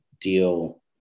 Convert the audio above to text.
deal